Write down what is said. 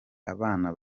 abana